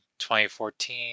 2014